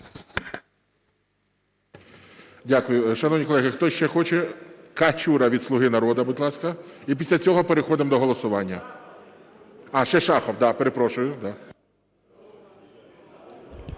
Дякую. Шановні колеги, хто ще хоче? Качура від "Слуги народу", будь ласка. І після цього переходимо до голосування. А, ще Шахов, так, перепрошую.